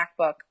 MacBook